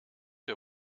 der